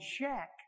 check